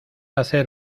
hacer